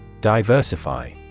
Diversify